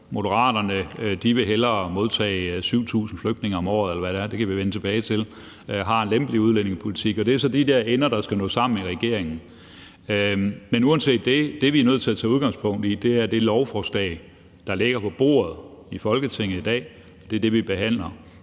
– det kan vi vende tilbage til – har en lempelig udlændingepolitik, og det er så de ender, der skal nå sammen i regeringen. Men uanset det, så er det, vi er nødt til at tage udgangspunkt i, det lovforslag, der ligger på bordet i Folketinget i dag. Det er det, vi behandler.